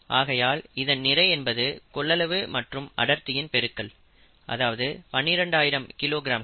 ஆகையால் இதன் நிறை என்பது கொள்ளளவு மற்றும் அடர்த்தியின் பெருக்கல் அதாவது 12 ஆயிரம் கிலோ கிராமங்கள்